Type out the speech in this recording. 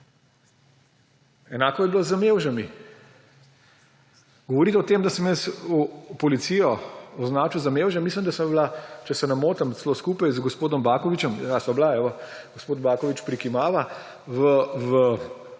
Enako je bilo z mevžami. Govoriti o tem, da sem jaz policijo označil za mevže, mislim, da sva bila, če se ne motim, celo skupaj z gospodom Bakovićem – ja, sva bila, evo, gospod Baković prikimava –